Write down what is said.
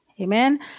Amen